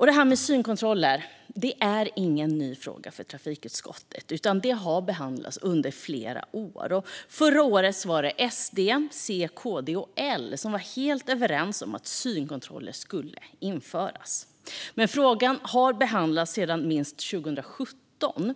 Detta med synkontroller är ingen ny fråga för trafikutskottet, utan det har behandlats under flera år. Förra året var SD, C, KD och L helt överens om att synkontroller skulle införas. Men frågan har behandlats minst sedan 2017.